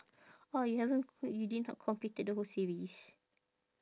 orh you haven't quit you did not completed the whole series